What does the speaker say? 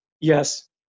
Yes